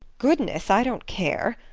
goodness, i don't care.